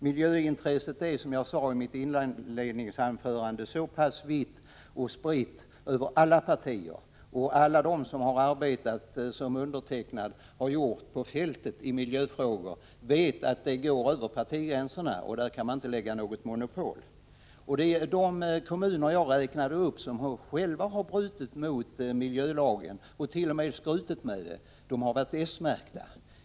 Miljöintresset är, som jag sade i mitt inledningsanförande, spritt över alla partier. Alla som liksom jag har arbetat på fältet med miljöfrågor vet att miljöintresset går över partigränserna. De kommuner jag har räknat upp, som har brutit mot miljölagarna och t.o.m. skrutit med det, har varit s-märkta.